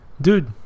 dude